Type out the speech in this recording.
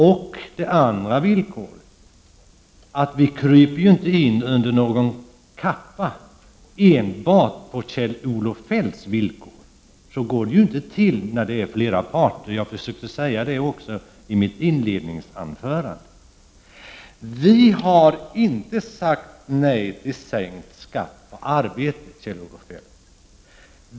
Och det andra: Vi kryper ju inte in under någon kappa enbart på Kjell-Olof Feldts villkor. Så går det inte till när det är flera parter. Det försökte jag säga också i mitt inledningsanförande. Vi har inte sagt nej till sänkt skatt på arbete, Kjell-Olof Feldt.